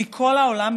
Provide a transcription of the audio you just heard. מכל העולם,